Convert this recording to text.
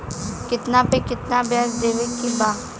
कितना पे कितना व्याज देवे के बा?